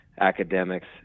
academics